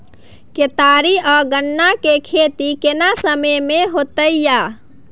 केतारी आ गन्ना के खेती केना समय में होयत या?